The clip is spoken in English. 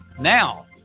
Now